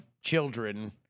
children